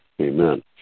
Amen